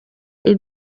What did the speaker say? iri